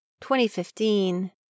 2015